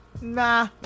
Nah